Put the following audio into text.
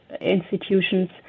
institutions